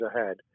ahead